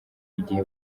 igihe